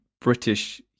British